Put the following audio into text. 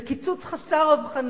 זה קיצוץ חסר הבחנה,